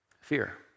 Fear